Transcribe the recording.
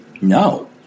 no